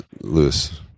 Lewis